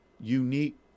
unique